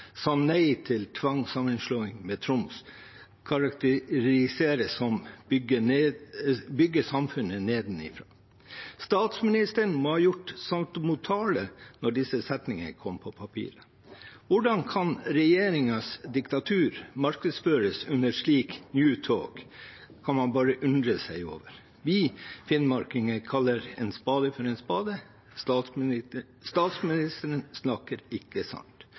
sa nei til tvangssammenslåing med Troms, karakterisere det som å bygge samfunnet nedenfra? Statsministeren må ha gjort saltomortale da disse setningene kom på papiret. Hvordan regjeringens diktatur kan markedsføres med slik «new talk», kan man bare undres over. Vi finnmarkinger kaller en spade for en spade: Statsministeren snakker ikke